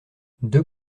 deux